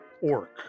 orc